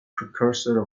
precursor